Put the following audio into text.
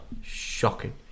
Shocking